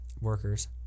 Workers